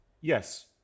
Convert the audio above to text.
Yes